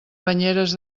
banyeres